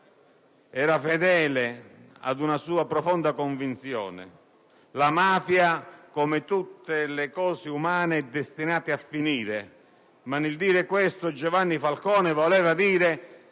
era fedele ad una sua profonda convinzione: la mafia, come tutte le cose umane, è destinata a finire. Con questo Giovanni Falcone voleva dire